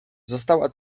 została